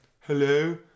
hello